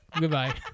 Goodbye